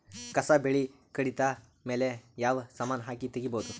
ಕಸಾ ಬೇಲಿ ಕಡಿತ ಮೇಲೆ ಯಾವ ಸಮಾನ ಹಾಕಿ ತಗಿಬೊದ?